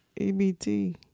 EBT